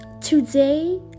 today